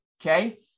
okay